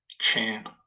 champ